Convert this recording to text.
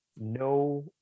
No